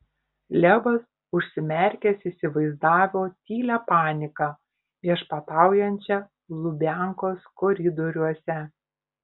levas užsimerkęs įsivaizdavo tylią paniką viešpataujančią lubiankos koridoriuose